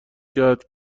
کرد